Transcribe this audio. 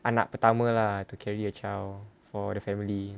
anak pertama lah to carry a child for the family